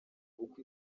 kuko